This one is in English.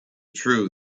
true